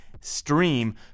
stream